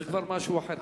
זה כבר משהו אחר.